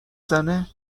زنه